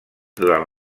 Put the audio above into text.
durant